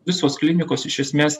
visos klinikos iš esmės